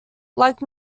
like